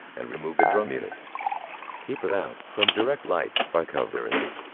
and remove the drum unit keep it out from direct light by covering it.